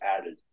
added